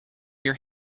your